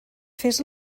fes